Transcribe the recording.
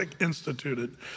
instituted